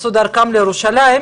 עשו את דרכם לירושלים.